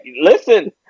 listen